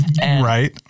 Right